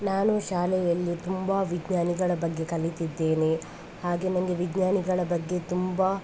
ನಾನು ಶಾಲೆಯಲ್ಲಿ ತುಂಬ ವಿಜ್ಞಾನಿಗಳ ಬಗ್ಗೆ ಕಲಿತಿದ್ದೇನೆ ಹಾಗೆ ನನಗೆ ವಿಜ್ಞಾನಿಗಳ ಬಗ್ಗೆ ತುಂಬ